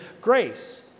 grace